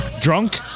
Drunk